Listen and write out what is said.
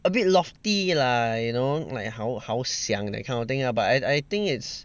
a bit lofty lah you know like 好好想 that kind of thing lah but I think it's